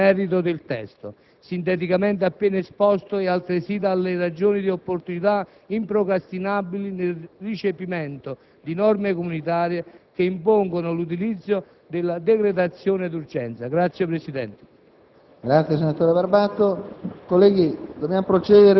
Urgenza e necessità, dunque, si evincono dal merito del testo sinteticamente appena esposto e altresì dalle ragioni di opportunità improcrastinabili nel recepimento di norme comunitarie che impongono il ricorso alla decretazione d'urgenza.